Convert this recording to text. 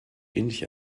ähnlich